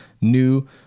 new